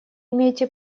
имеете